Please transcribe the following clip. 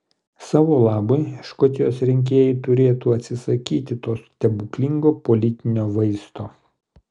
savo labui škotijos rinkėjai turėtų atsisakyti to stebuklingo politinio vaisto